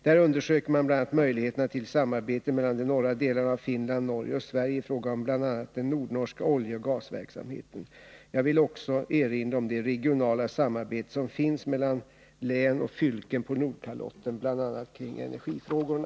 Där undersöker man bl.a. möjligheterna till samarbete mellan de norra delarna av Finland, Norge och Sverige i fråga om bl.a. den nordnorska oljeoch gasverksamheten. Jag vill också erinra om det regionala samarbete Nr 38 som finns mellan län och fylken på Nordkalotten bl.a. kring energifrågorna.